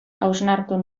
hausnatu